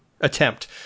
attempt